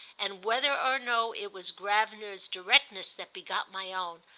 and, whether or no it was gravener's directness that begot my own,